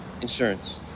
Insurance